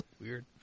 weird